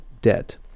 debt